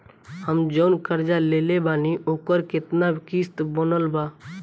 हम जऊन कर्जा लेले बानी ओकर केतना किश्त बनल बा?